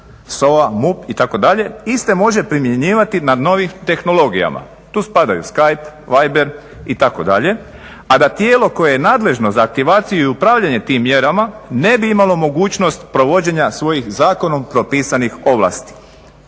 SOA, MUP, itd. iste može primjenjivati na novim tehnologijama. Tu spadaju skype, viber, itd., a da tijelo koje je nadležno za aktivaciju i upravljanje tim mjerama ne bi imalo mogućnost provođenja svojih zakonom propisanih ovlasti.